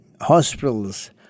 hospitals